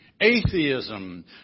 atheism